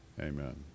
Amen